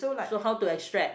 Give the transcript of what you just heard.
so how to extract